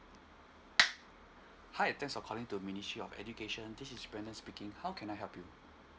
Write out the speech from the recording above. hi thanks for calling to ministry of education this is Brendon speaking how can I help you